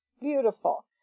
Beautiful